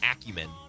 acumen